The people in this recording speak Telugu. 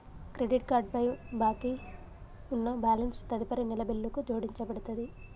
క్రెడిట్ కార్డ్ పై బాకీ ఉన్న బ్యాలెన్స్ తదుపరి నెల బిల్లుకు జోడించబడతది